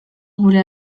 gure